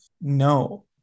No